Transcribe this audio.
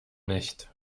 nicht